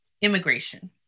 immigration